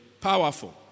powerful